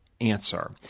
answer